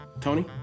Tony